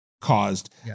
caused